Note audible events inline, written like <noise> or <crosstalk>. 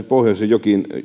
<unintelligible> pohjoisen jokiin